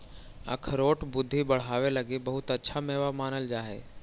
अखरोट बुद्धि बढ़ावे लगी बहुत अच्छा मेवा मानल जा हई